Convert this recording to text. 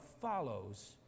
follows